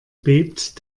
bebt